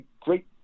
great